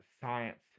science